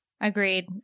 agreed